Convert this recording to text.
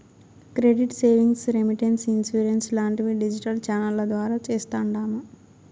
credit savings, remittance, insurance లాంటివి digital ఛానెల్ల ద్వారా చేస్తాండాము